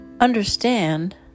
understand